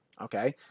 Okay